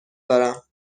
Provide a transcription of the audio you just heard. دارم